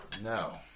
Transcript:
No